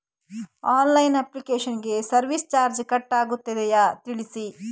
Online application ಗೆ service charge cut ಆಗುತ್ತದೆಯಾ ತಿಳಿಸಿ?